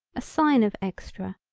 a sign of extra,